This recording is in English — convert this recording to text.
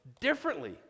differently